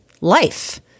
Life